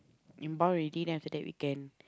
inbound already then after that we can